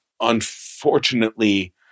unfortunately